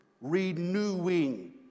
Renewing